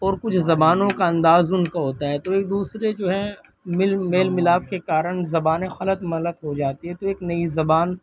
اور کچھ زبانوں کا انداز ان کو ہوتا ہے تو ایک دوسرے جو ہیں مل میل ملاپ کے کارن زبانیں خلط ملط ہو جاتی ہیں تو ایک نئی زبان